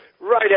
Right